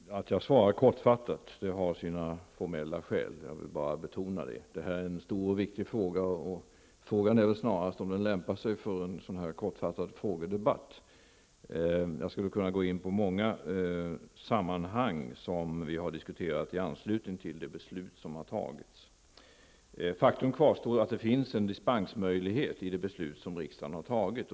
Herr talman! Att jag svarar kortfattat har sina formella skäl. Jag vill betona det. Det här är ett stort och viktigt ämne, och frågan är väl snarast om det lämpar sig för en sådan här kortfattad frågedebatt. Jag skulle kunna gå in på många sammanhang som har diskuterats i anslutning till det beslut som har fattats. Faktum kvarstår att det i det beslut riksdagen har fattat finns en dispensmöjlighet.